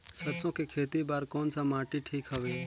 सरसो के खेती बार कोन सा माटी ठीक हवे?